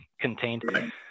contained